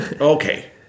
Okay